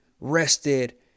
rested